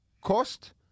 Cost